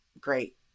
great